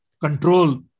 control